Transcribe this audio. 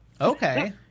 Okay